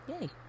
yay